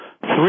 Three